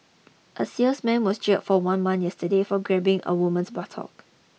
a salesman was jailed for one month yesterday for grabbing a woman's buttock